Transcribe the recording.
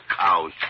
cows